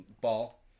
Ball